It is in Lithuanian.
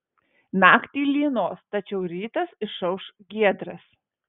naktį lynos tačiau rytas išauš giedras